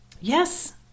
Yes